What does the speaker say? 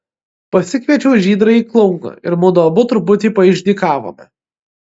pasikviečiau žydrąjį klouną ir mudu abu truputį paišdykavome